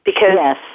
Yes